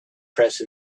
press